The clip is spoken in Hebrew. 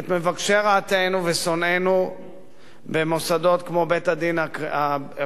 ושונאינו במוסדות כמו בית-הדין הפלילי הבין-לאומי.